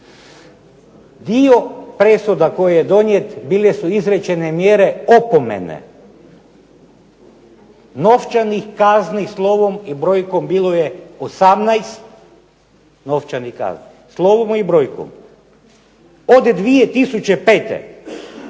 Dio presuda koje je donijet bile su izrečene mjere opomene, novčanih kazni slovom i brojkom bilo je 18 novčanih kazni. Slovom i brojkom. Od 2005.